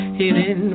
hidden